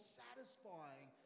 satisfying